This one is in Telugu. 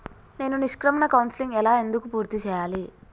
నేను నిష్క్రమణ కౌన్సెలింగ్ ఎలా ఎందుకు పూర్తి చేయాలి?